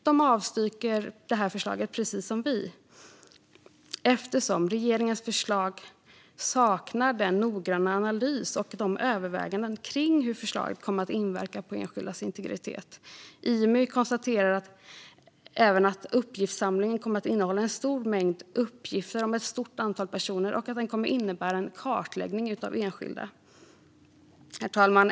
De avstyrker detta förslag, precis som vi, eftersom regeringens förslag "saknar en noggrann analys och närmare överväganden avseende hur förslaget rörande analys och urvalsdatabasen inverkar på enskildas personliga integritet". Imy konstaterar även att uppgiftssamlingen kommer att innehålla en stor mängd uppgifter om ett stort antal personer och att den kommer att innebära en kartläggning av enskilda. Herr talman!